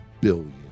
billion